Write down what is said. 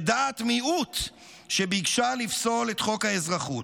בדעת מיעוט שביקשה לפסול את חוק האזרחות.